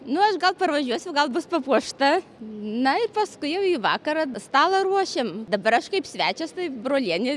nu aš gal parvažiuosiu gal bus papuošta na ir paskui jau į vakarą stalą ruošiam dabar aš kaip svečias tai brolienė